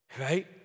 right